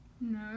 No